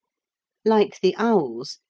like the owls,